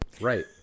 right